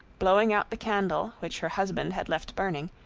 blowing out the candle, which her husband had left burning,